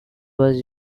was